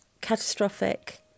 catastrophic